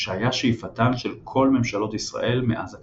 שהיה שאיפתן של כל ממשלות ישראל מאז הקמתה.